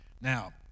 Now